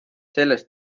sellest